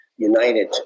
united